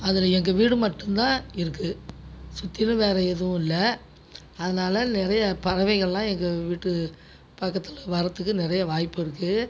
அதில் எங்கள் வீடு மட்டும் தான் இருக்குது சுற்றிலும் வேறு எதுவும் இல்லை அதனால் நிறைய பறவைகளாம் எங்கள் வீட்டு பக்கத்தில் வரதுக்கு நிறைய வாய்ப்பு இருக்குது